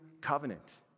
covenant